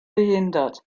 behindert